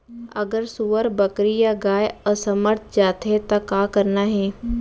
अगर सुअर, बकरी या गाय असमर्थ जाथे ता का करना हे?